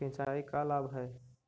सिंचाई का लाभ है?